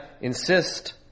insist